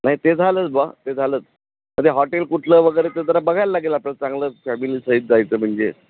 नाही ते झालंच बुवा ते झालंच म्हे हॉटेल कुठलं वगैरे तर जरा बघायला लागेल आपलं चांगलं फॅमिली सहित जायचं म्हणजे